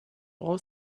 all